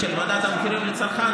של מדד המחירים לצרכן,